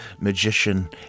magician